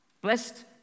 Blessed